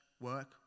work